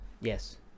Yes